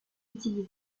utilisés